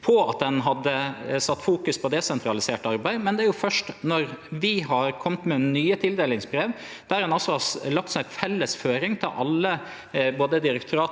på at ein hadde sett fokus på desentralisert arbeid. Men det er først når vi har kome med nye tildelingsbrev, der ein har lagt ei felles føring til alle, både direktorat